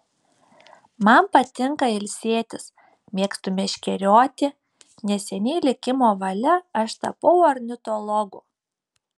man patinka ilsėtis mėgstu meškerioti neseniai likimo valia aš tapau ornitologu